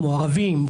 כמו ערבים,